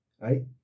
right